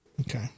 Okay